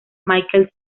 michael